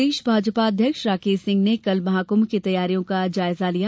प्रदेश भाजपा अध्यक्ष राकेश सिंह ने कल महाकृंभ की तैयारियों का जायजा लिया